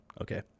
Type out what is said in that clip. Okay